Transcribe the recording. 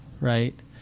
right